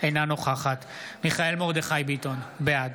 אינה נוכחת מיכאל מרדכי ביטון, בעד